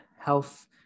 health